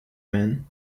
men